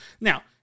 Now